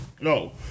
No